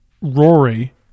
Rory